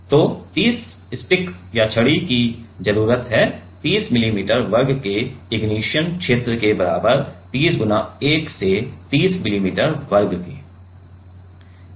तो 30 स्टिक की जरूरत है 30 मिली मीटर वर्ग के इग्निशन क्षेत्र के बराबर 30 × 1 से 30 मिली मीटर वर्ग है